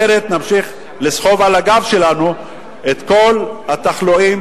אחרת נמשיך לסחוב על הגב שלנו את כל התחלואים